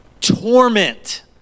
torment